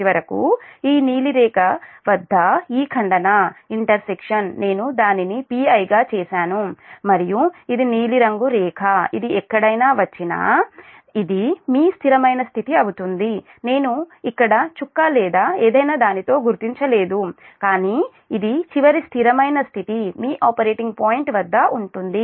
చివరకు ఈ నీలిరంగు రేఖ వద్ద ఈ ఖండన నేను దానిని Pi గా చేసాను మరియు ఇది నీలిరంగు రేఖ ఇది ఎక్కడైనా వచ్చినా ఇది మీ స్థిరమైన స్థితి అవుతుంది నేను ఇక్కడ చుక్క లేదా ఏదైనా దానితో గుర్తించలేదు కానీ ఇది చివరి స్థిరమైన స్థితి మీ ఆపరేటింగ్ పాయింట్ వద్ద ఉంటుంది